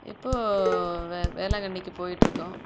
இப்போது வே வேளாங்கண்ணிக்கு போயிட்டிருக்கோம்